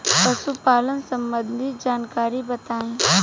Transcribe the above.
पशुपालन सबंधी जानकारी बताई?